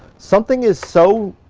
something as so